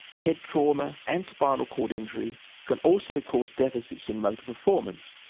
head trauma and spinal cord injury can also cause deficits in motor performance,